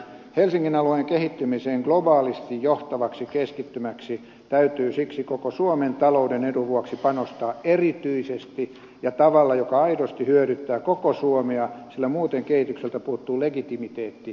helsingin alueen kehittymiseen globaalisti johtavaksi keskittymäksi täytyy siksi koko suomen talouden edun vuoksi panostaa erityisesti ja tavalla joka aidosti hyödyttää koko suomea sillä muuten kehitykseltä puuttuu legitimiteetti